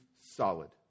solid